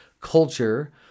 culture